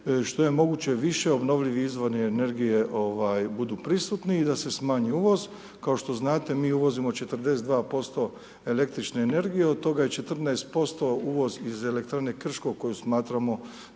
što je moguće više obnovljivih izvora energije budu prisutni i da se smanji uvoz. Kao što znate, mi uvozimo 42% električne energije, do toga je 14% uvoz iz elektrane Krško koju smatramo